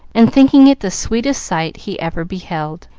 and thinking it the sweetest sight he ever beheld.